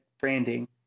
branding